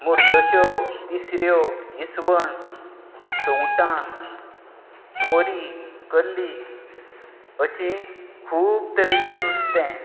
मुरडश्यो तिसऱ्यो इसवण सुंगटां मोरी कल्ली अशें खूब तरेचें नुस्तें